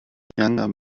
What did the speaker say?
younger